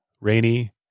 rainy